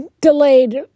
delayed